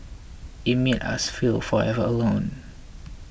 it made us feel forever alone